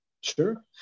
Sure